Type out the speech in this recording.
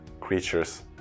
creatures